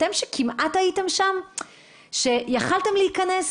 אתם שכמעט הייתם שם ויכולתם להיכנס